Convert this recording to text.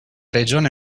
regione